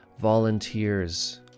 volunteers